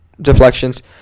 deflections